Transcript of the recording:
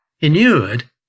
inured